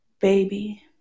Baby